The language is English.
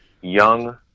young